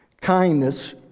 kindness